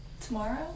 tomorrow